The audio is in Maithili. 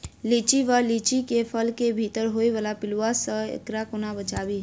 लिच्ची वा लीची केँ फल केँ भीतर होइ वला पिलुआ सऽ एकरा कोना बचाबी?